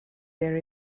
there